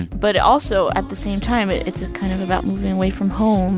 but also, at the same time, it's kind of about moving away from home